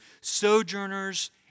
sojourners